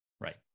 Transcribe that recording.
right